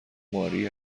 ماری